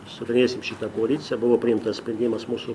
suderėsim šitą koaliciją buvo priimtas sprendimas mūsų